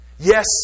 Yes